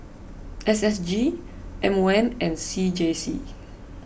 S S G M O M and C J C